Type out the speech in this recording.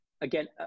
again